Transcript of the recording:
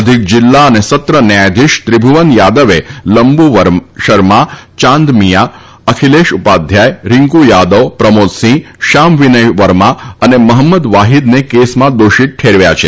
અધિક જીલ્લા અને સત્ર ન્યાયાધીશ ત્રિભુવન યાદવે લંબુ શર્મા યાંદ મિયાં અખિલેશ ઉપાધ્યાય રીંકુ યાદવ પ્રમોદસિંહ શ્યામ વિનય વર્મા અને મહંમદ વાહિદને કેસમાં દોષિત ઠેરવ્યા છે